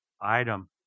Item